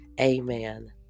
Amen